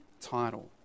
title